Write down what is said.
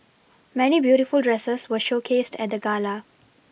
many beautiful dresses were showcased at the gala